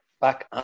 back